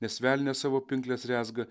nes velnias savo pinkles rezga